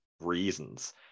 reasons